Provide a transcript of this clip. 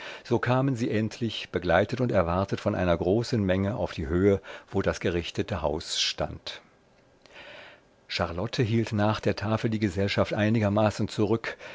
so kamen sie endlich begleitet und erwartet von einer großen menge auf die höhe wo das gerichtete haus stand charlotte hielt nach der tafel die gesellschaft einigermaßen zurück